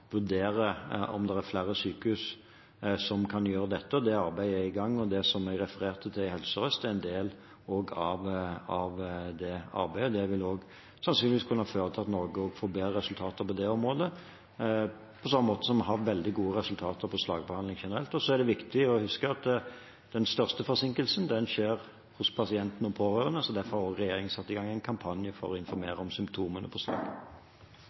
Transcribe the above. det jeg refererte til i Helse Sør-Øst, er også en del av det arbeidet. Det vil sannsynligvis kunne føre til at Norge får bedre resultater på det området, på samme måte som vi har veldig gode resultater på slagbehandling generelt. Det er også viktig å huske at den største forsinkelsen skjer hos pasienten og pårørende. Derfor har regjeringen også satt i gang en kampanje for å informere om symptomene på slag.